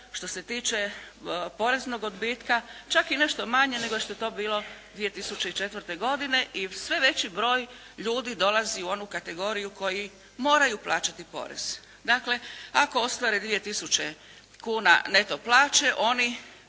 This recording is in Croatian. što se tiče poreznog odbitka čak i nešto manje nego što je to bilo 2004. godine. I sve veći broj ljudi dolazi u onu kategoriju koji moraju plaćati porez. Dakle, ako ostvare 2 tisuće kuna neto plaće, oni,